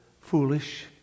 foolish